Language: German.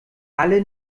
alle